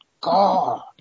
god